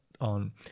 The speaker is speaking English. on